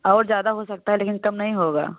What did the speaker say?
और ज़्यादा हो सकता है लेकिन कम नहीं होगा